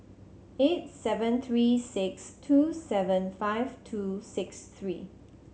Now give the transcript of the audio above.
eight seven three six two seven five two six three